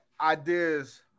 ideas